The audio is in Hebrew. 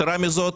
יתרה מזאת,